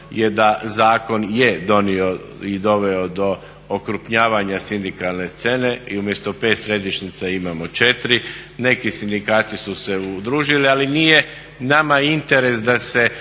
je da zakon je donio i doveo do okrupnjavanja sindikalne scene i umjesto 5 središnjica imamo 4. Neki sindikati su se udružili ali nije nama interes da se